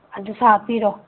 ꯑꯗꯨꯁꯨ ꯍꯥꯞꯄꯤꯔꯣ